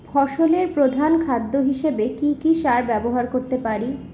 ফসলের প্রধান খাদ্য হিসেবে কি কি সার ব্যবহার করতে পারি?